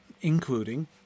including